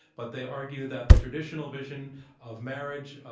but they argue that the traditional vision of marriage,